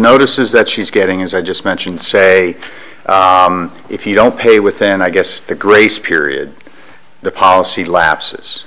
notices that she's getting as i just mentioned say if you don't pay within i guess the grace period the policy lapses